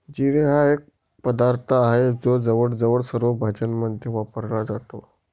जिरे हा एक पदार्थ आहे जो जवळजवळ सर्व भाज्यांमध्ये वापरला जातो